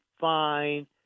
fine